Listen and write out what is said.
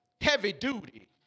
heavy-duty